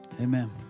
amen